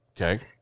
Okay